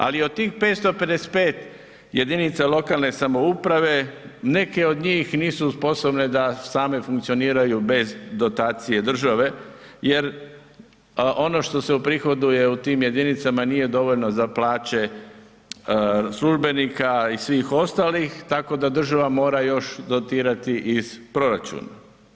Ali od tih 555 jedinica lokalne samouprave neke od njih nisu sposobne da same funkcioniraju bez dotacije države jer ono što se uprihoduje u tim jedinicama nije dovoljno za plaće službenika i svih ostalih tako da država mora još dotirati iz proračuna.